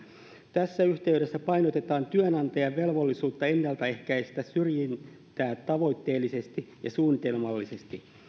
tässä yhteydessä painotetaan työnantajan velvollisuutta ennaltaehkäistä syrjintää tavoitteellisesti ja suunnitelmallisesti